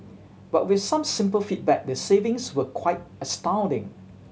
but with some simple feedback the savings were quite astounding